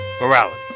Morality